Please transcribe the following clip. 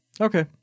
Okay